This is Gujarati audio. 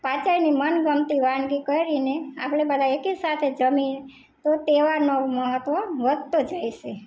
પાંચેયની મનગમતી વાનગી કરીને આપણે બધાં એક સાથે જમીએ તો તહેવારનું મહત્વ વધતું જાય છે